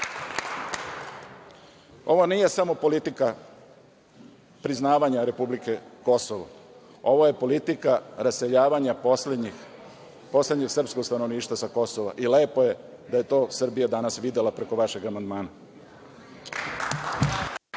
nije samo politika priznavanja Republike Kosovo, ovo je politika raseljavanja poslednjeg srpskog stanovništva sa Kosova, i lepo je da je to Srbija danas videla preko vašeg amandmana.